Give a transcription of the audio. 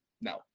no